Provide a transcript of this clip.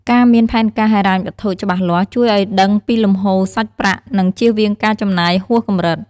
ការមានផែនការហិរញ្ញវត្ថុច្បាស់លាស់ ជួយឲ្យដឹងពីលំហូរសាច់ប្រាក់ និងជៀសវាងការចំណាយហួសកម្រិត។